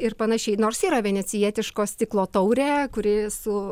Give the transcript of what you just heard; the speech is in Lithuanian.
ir panašiai nors yra venecijietiško stiklo taurė kuri su